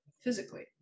physically